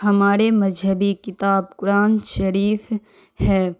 ہمارے مذہبی کتاب قرآن شریف ہے